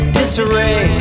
disarray